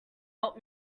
help